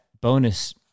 bonus